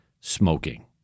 smoking